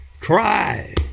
Cry